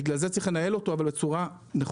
בגלל זה צריך לנהל אותו בצורה נכונה.